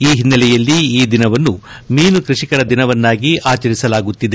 ಈ ಹಿನ್ನೆಲೆಯಲ್ಲಿ ಈ ದಿನವನ್ನು ಮೀನು ಕೃಷಿಕರ ದಿನವನ್ನಾಗಿ ಆಚರಿಸಲಾಗುತ್ತಿದೆ